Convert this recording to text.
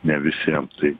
ne visiem tai